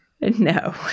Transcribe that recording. No